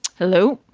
hello.